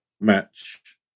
match